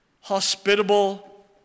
hospitable